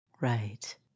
right